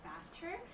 faster